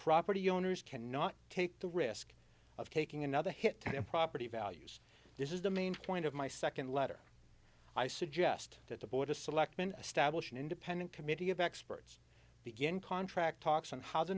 property owners cannot take the risk of taking another hit and property values this is the main point of my second letter i suggest that the board of selectmen establish an independent committee of experts begin contract talks on how the